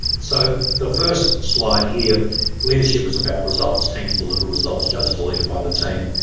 so the first slide here leadership is about results, teams deliver results judge the leader by the team.